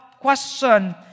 question